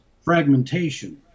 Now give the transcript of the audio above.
fragmentation